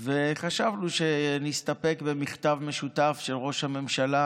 וחשבנו שנסתפק במכתב משותף של ראש הממשלה